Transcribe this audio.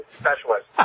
specialist